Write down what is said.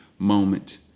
Moment